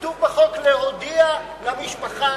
כתוב בחוק: להודיע למשפחה